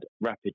rapid